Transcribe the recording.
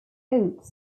oaks